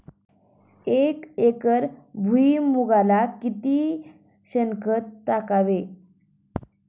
एक एकर भुईमुगाला किती शेणखत टाकावे?